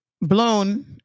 blown